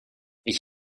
ich